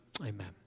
amen